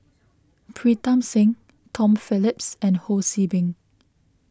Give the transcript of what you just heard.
Pritam Singh Tom Phillips and Ho See Beng